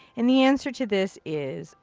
and the answer to this is.